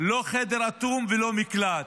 לא חדר אטום ולא מקלט.